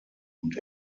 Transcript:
und